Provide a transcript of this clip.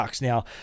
Now